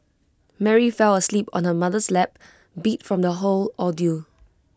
Mary fell asleep on her mother's lap beat from the whole ordeal